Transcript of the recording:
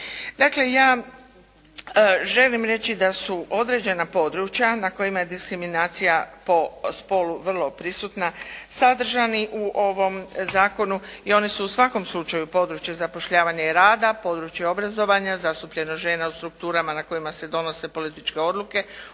Dakle, ja želim reći da su određena područja na kojima je diskriminacija po spolu vrlo prisutna sadržani u ovom zakonu i oni su u svakom slučaju područje zapošljavanja i rada, područje obrazovanja, zastupljenost žena u strukturama na kojima se donose političke odluke